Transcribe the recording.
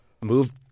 move